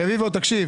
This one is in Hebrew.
רביבו תקשיב,